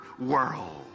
world